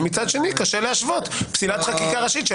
ומצד שני קשה להשוות פסילת חקיקה ראשית של